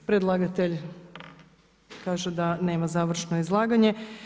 Predlagatelj kaže da nema završno izlaganje.